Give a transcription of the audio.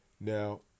Now